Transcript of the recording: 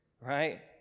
right